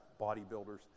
bodybuilders